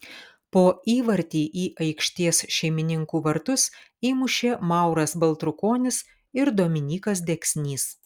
po įvartį į aikštės šeimininkų vartus įmušė mauras baltrukonis ir dominykas deksnys